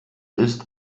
ist